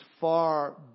far